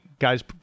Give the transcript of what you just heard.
guys